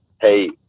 hey